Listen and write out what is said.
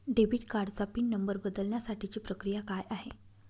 Debit कार्डचा PIN number बदलण्यासाठीची प्रक्रिया काय आहे?